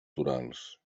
torals